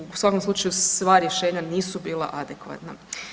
U svakom slučaju sva rješenja nisu bila adekvatna.